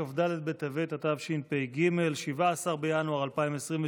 כ"ד בטבת התשפ"ג (17 בינואר 2023)